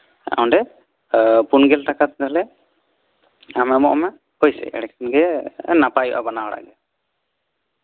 ᱚᱸᱰᱮ ᱯᱳᱱ ᱜᱮᱞ ᱴᱟᱠᱟᱛᱮ ᱛᱟᱦᱚᱞᱮ ᱟᱢ ᱮᱢᱚᱜ ᱢᱮ ᱦᱳᱭᱥᱮ ᱵᱟᱱᱟ ᱦᱚᱲᱟᱜ ᱜᱮ ᱱᱟᱯᱟᱭᱚᱜᱼᱟ